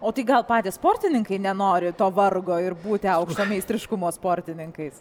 o tai gal patys sportininkai nenori to vargo ir būti aukšto meistriškumo sportininkais